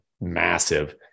massive